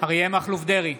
אריה מכלוף דרעי,